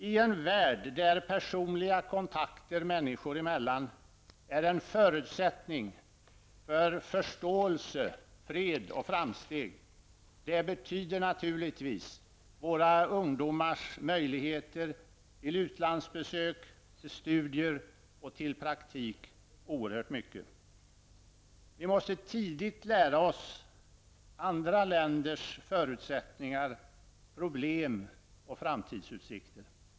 I en värld där personliga kontakter människor emellan är en förutsättning för förståelse, fred och framsteg betyder naturligtvis våra ungdomars möjligheter till utlandsbesök, studier och praktik oerhört mycket. Vi måste tidigt lära oss andra länders förutsättningar, problem och framtidsutsikter.